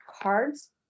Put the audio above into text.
cards